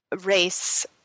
race